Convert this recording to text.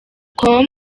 com